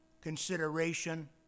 consideration